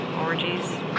orgies